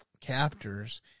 captors